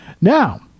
Now